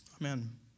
Amen